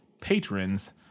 patrons